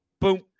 Boom